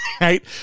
right